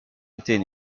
était